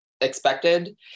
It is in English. expected